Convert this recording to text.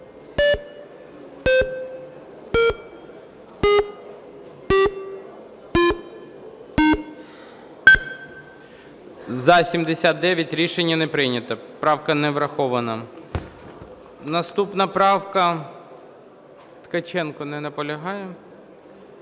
За-79 Рішення не прийнято. Правка не врахована. Наступна правка Ткаченка. Не наполягає.